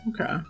okay